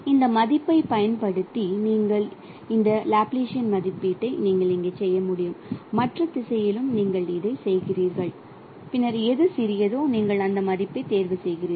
இந்த மதிப்பைப் பயன்படுத்தி நீங்கள் இந்த லாப்லாசியன் மதிப்பீட்டை இங்கே செய்ய முடியும் மற்ற திசையிலும் நீங்கள் இதைச் செய்கிறீர்கள் பின்னர் எது சிறியதோ நீங்கள் அந்த மதிப்பைத் தேர்வு செய்கிறீர்கள்